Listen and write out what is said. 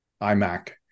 iMac